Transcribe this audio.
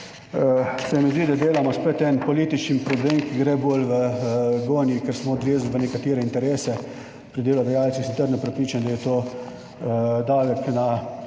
se mi zdi, da delamo spet en političen problem, ki gre bolj v gonji, ker smo / nerazumljivo/ v nekatere interese. Pri delodajalcih, sem trdno prepričan, da je to davek na